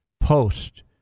Post